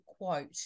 quote